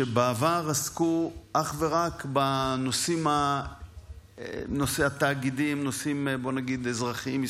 שבעבר עסקו אך ורק בנושאים תאגידיים אזרחיים-מסחריים,